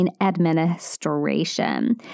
administration